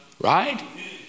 Right